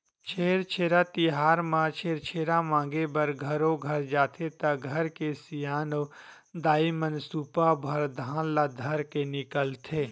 छेरछेरा तिहार म छेरछेरा मांगे बर घरो घर जाथे त घर के सियान अऊ दाईमन सुपा भर धान ल धरके निकलथे